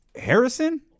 Harrison